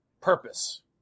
purpose